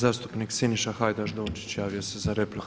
Zastupnik Siništa Hajdaš Dončić javio se za repliku.